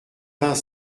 vingt